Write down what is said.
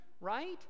right